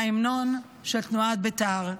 מההמנון של תנועת בית"ר.